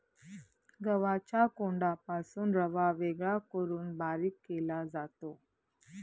गव्हाच्या कोंडापासून रवा वेगळा करून बारीक केला जातो